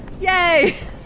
Yay